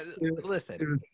listen